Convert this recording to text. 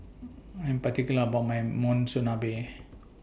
I Am particular about My Monsunabe